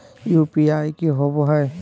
UPI की होबो है?